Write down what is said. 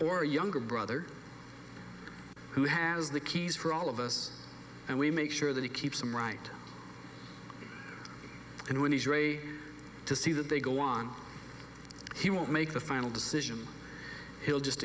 or younger brother who has the keys for all of us and we make sure that he keeps them right and when his re to see that they go on he won't make the final decision he'll just